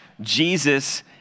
Jesus